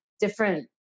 different